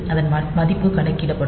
அதன் மதிப்பு கணக்கிடப்படும்